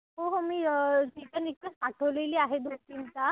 हो हो मी रिटर्न रिकवेस्ट पाठवलेली आहे दोन तीनदा